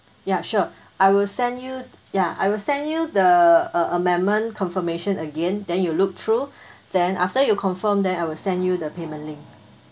ya sure I will send you ya I will send you the uh amendment confirmation again then you look through then after you confirmed then I will send you the payment link